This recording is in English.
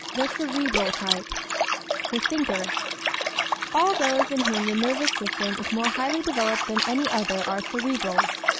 the cerebral type the thinker all those in whom the nervous system is more highly developed than any other are cerebrals.